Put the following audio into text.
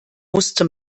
musste